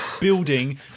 building